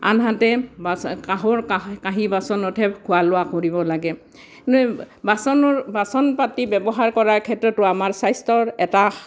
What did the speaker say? আনহাতে কাঁহৰ কা কাঁহী বাচনতহে খোৱা লোৱা কৰিব লাগে কিন্তু বাচনৰ বাচন পাতি ব্যৱহাৰ কৰাৰ ক্ষেত্ৰতো আমাৰ স্বাস্থ্যৰ এটা